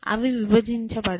అవి విభజించబడవు